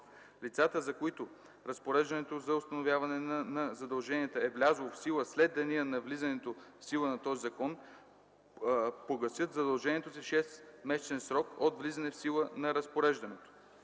лицата, за които разпореждането за установяване на задълженията е влязло в сила след деня на влизането в сила на този закон, погасяват задължението си в 6-месечен срок от влизане в сила на разпореждането.